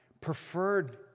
preferred